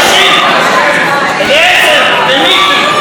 לא מתביישים, אלעזר ומיקי.